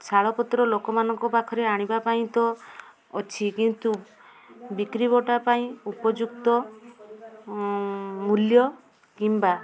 ଶାଳପତ୍ର ଲୋକମାନଙ୍କ ପାଖରେ ଆଣିବା ପାଇଁ ତ ଅଛି କିନ୍ତୁ ବିକ୍ରୀ ବଟା ପାଇଁ ଉପଯୁକ୍ତ ମୂଲ୍ୟ କିମ୍ବା